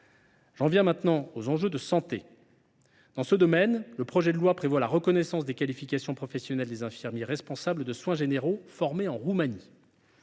désormais d’aborder les enjeux de santé. Dans ce domaine, le présent projet de loi prévoit la reconnaissance des qualifications professionnelles des infirmiers responsables de soins généraux formés en Roumanie.